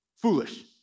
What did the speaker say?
Foolish